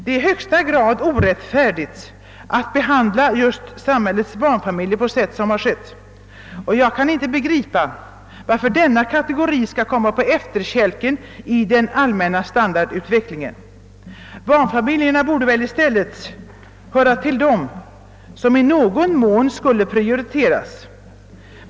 Det är i högsta grad orättfärdigt att behandla just samhällets barnfamiljer på sätt som skett. Jag kan inte begripa varför denna kategori skall komma på efterkälken i den allmänna standardutvecklingen. Barnfamiljerna borde väl i stället höra till dem som i någon mån skall prioriteras.